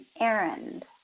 errand